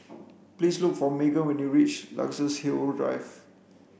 please look for Meghan when you reach Luxus Hill Drive